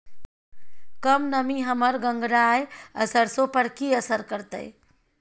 कम नमी हमर गंगराय आ सरसो पर की असर करतै?